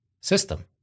system